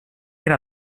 era